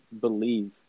believe